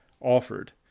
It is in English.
offered